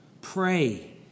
Pray